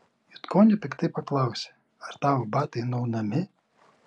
jutkonio piktai paklausė ar tavo batai nuaunami